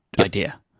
idea